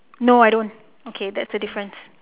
no I don't okay that's the difference